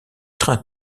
train